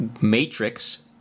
matrix